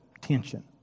tension